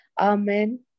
Amen